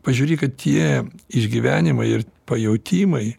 pažiūrėk kad tie išgyvenimai ir pajautimai